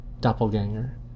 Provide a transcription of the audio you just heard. doppelganger